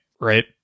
right